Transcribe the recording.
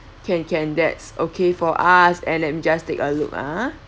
can can that's okay for us and let me just take a look ah